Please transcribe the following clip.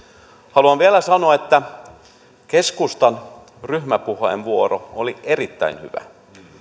haluan vielä sanoa että keskustan ryhmäpuheenvuoro oli erittäin hyvä